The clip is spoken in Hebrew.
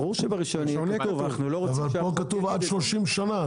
אבל פה כתוב עד 30 שנה.